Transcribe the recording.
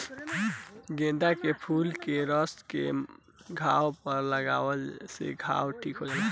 गेंदा के फूल के रस के घाव पर लागावला से घाव ठीक हो जाला